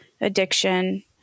addiction